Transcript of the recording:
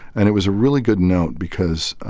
and it was a really good note because